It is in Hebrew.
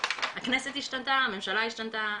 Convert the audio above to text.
הכנסת השתנתה הממשלה השתנתה,